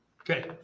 Okay